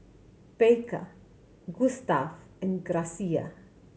Baker Gustav and Gracia